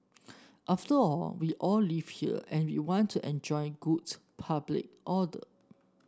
after all we all live here and we want to enjoy goods public order